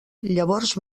llavors